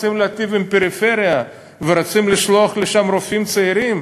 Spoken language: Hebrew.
רוצים להיטיב עם הפריפריה ורוצים לשלוח לשם רופאים צעירים,